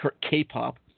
K-pop